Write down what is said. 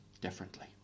differently